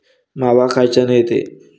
मावा कायच्यानं येते?